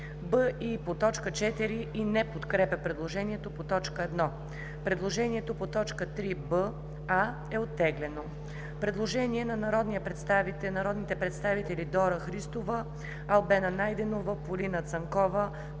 и по т. 4 и не подкрепя предложението по т. 1. Предложението по т. 3, буква „а“ е оттеглено. Предложение на народните представители Дора Христова, Албена Найденова, Полина Цанкова,